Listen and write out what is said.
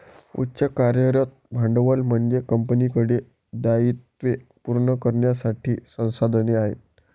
उच्च कार्यरत भांडवल म्हणजे कंपनीकडे दायित्वे पूर्ण करण्यासाठी संसाधने आहेत